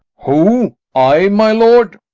who, i, my lord?